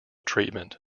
treatment